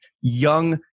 young